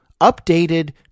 updated